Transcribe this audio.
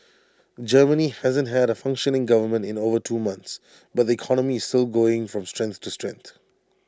Germany hasn't had A functioning government in over two months but the economy is still going from strength to strength